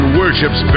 worships